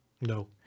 No